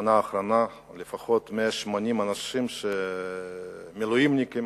בשנה האחרונה לפחות 180 אנשים, מילואימניקים,